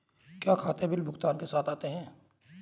क्या खाते बिल भुगतान के साथ आते हैं?